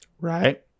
Right